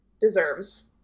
deserves